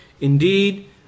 Indeed